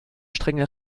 strenge